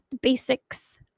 basics